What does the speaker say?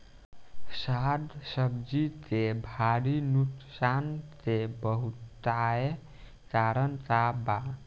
साग सब्जी के भारी नुकसान के बहुतायत कारण का बा?